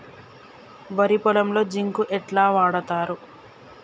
వరి పొలంలో జింక్ ఎట్లా వాడుతరు?